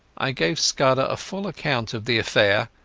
i gave scudder a full account of the affair,